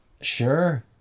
Sure